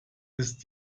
ist